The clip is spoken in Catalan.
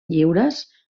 lliures